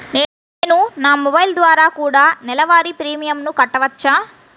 నేను నా మొబైల్ ద్వారా కూడ నెల వారి ప్రీమియంను కట్టావచ్చా?